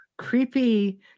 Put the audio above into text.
Creepy